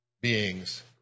beings